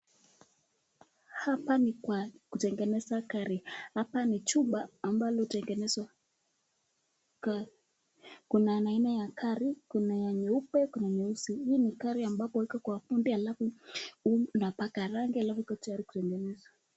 Hapa ni kwa kutengeneza gari hapa ni chupa ambalo kuna aina aina ya gari Kuna nyeupe Kuna nyeusi hii ni gari imewekwa kwa fundi alafu unapaka rangi alafu inatengenezwa.